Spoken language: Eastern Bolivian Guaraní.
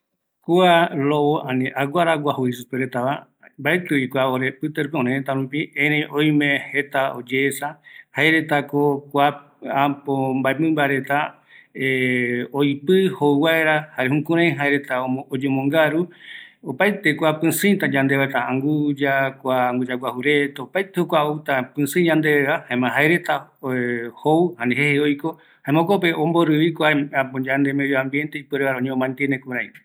Kua aguaraguaju, lobo jeeva, mbaetɨvi örërëtä rupi, ereï oime jeta oyeesa, jaeretako oipɨ mbae jouvaera, jukuraï jaereta oyombongaru, jaema opaete mbae pɨsiɨva reta, anguya, anguyaguaju, jaeretako kua oipɨ, jare jou reta, jokope jaereta omborɨ kaa ipo reta,